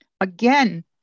again